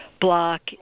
block